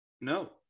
No